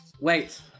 Wait